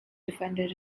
defended